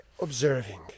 observing